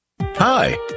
Hi